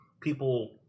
people